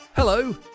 Hello